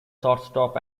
shortstop